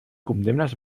condemnes